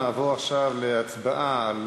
נעבור עכשיו להצבעה על